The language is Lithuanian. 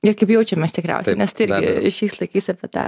ir kaip jaučiamės tikriausiai nes tai irgi šiais laikais apie tą